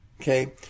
Okay